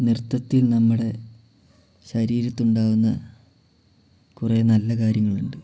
നൃത്തത്തിൽ നമ്മുടെ ശരീരത്തുണ്ടാകുന്ന കുറെ നല്ല കാര്യങ്ങളുണ്ട്